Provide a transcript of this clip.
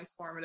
transformative